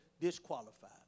disqualified